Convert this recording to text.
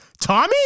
Tommy